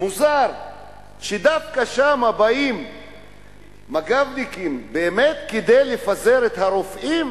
מוזר שדווקא לשם באים מג"בניקים כדי לפזר את הרופאים,